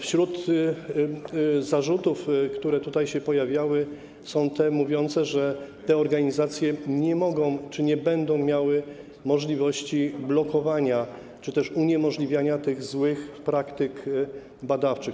Wśród zarzutów, które tutaj się pojawiały, są te mówiące, że te organizacje nie mają czy nie będą miały możliwości blokowania czy też uniemożliwiania tych złych praktyk badawczych.